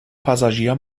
passagier